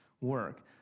work